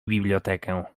bibliotekę